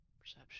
Perception